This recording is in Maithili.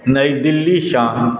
नई दिल्लीसँ